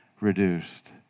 reduced